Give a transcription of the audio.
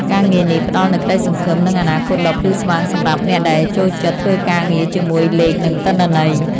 ការងារនេះផ្តល់នូវក្តីសង្ឃឹម និងអនាគតដ៏ភ្លឺស្វាងសម្រាប់អ្នកដែលចូលចិត្តធ្វើការងារជាមួយលេខ និងទិន្នន័យ។